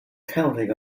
counting